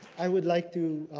i would like to